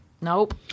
Nope